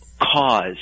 cause